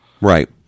Right